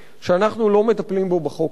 שאנחנו לא מטפלים בו בחוק הזה.